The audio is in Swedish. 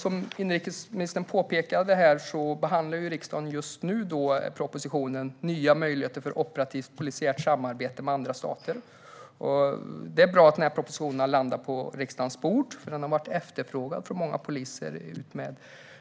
Som inrikesministern påpekade behandlar riksdagen just nu propositionen Nya möjligheter till operativt polissamarbete med andra stater . Det är bra att den propositionen har landat på riksdagens bord, för den har varit efterfrågad av många poliser, inte